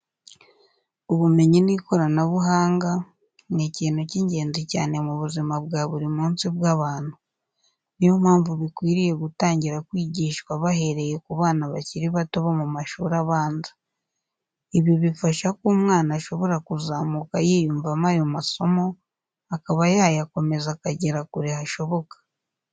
Ubumenyi n'ikoranabuhanga ni ikintu cy'ingenzi cyane mu buzima bwa buri munsi bw'abantu. Ni yo mpamvu bikwiriye gutangira kwigishwa bahereye ku bana bakiri bato bo mu mashuri abanza. Ibi bifasha ko umwana ashobora kuzamuka yiyumvamo ayo masomo, akaba yayakomeza akagera kure hashoboka.